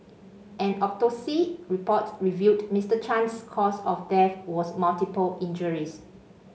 an autopsy report revealed Mister Chan's cause of death as multiple injuries